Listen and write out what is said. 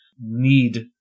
need